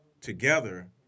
together